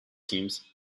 teams